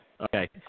Okay